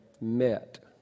met